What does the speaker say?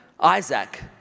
Isaac